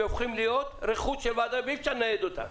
והם הופכים להיות רכוש של הוועד ואי אפשר לנייד אותם.